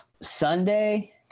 sunday